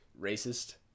racist